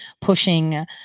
pushing